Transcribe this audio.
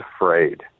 afraid